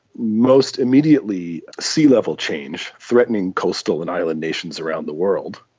most immediately sea level change threatening coastal and island nations around the world.